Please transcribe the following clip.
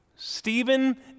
Stephen